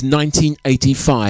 1985